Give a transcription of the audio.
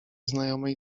znajomej